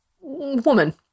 woman